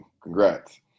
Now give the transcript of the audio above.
congrats